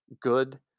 good